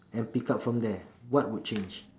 and pick up from there what would change